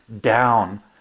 down